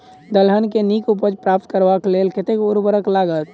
दलहन केँ नीक उपज प्राप्त करबाक लेल कतेक उर्वरक लागत?